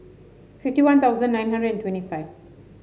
fifty One Thousand nine hundred twenty five